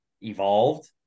evolved